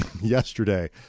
yesterday